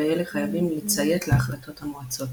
ואלה חייבים לציית להחלטות המועצות.